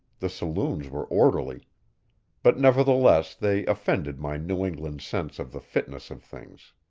the saloons were orderly but nevertheless they offended my new england sense of the fitness of things.